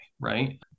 right